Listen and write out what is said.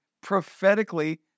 prophetically